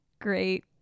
Great